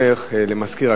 מזכיר הכנסת, בבקשה.